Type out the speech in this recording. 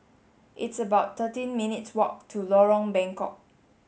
it's about thirteen minutes' walk to Lorong Bengkok